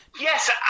Yes